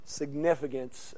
significance